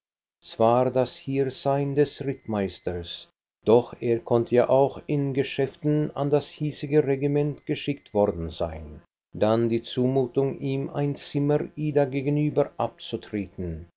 zwar das hiersein des rittmeisters doch er konnte ja auch in geschäften an das hiesige regiment geschickt worden sein dann die zumutung ihm ein zimmer ida gegenüber abzutreten nun